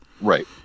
Right